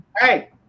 hey